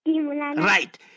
right